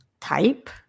type